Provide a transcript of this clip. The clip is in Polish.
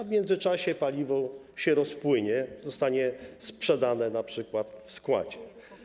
W międzyczasie paliwo się rozpłynie, zostanie sprzedane, np. w składzie.